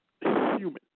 human